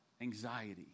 anxiety